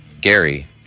Gary